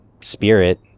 spirit